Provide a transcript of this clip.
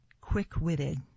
quick-witted